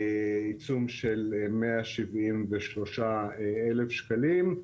עיצום של 173,000 שקלים.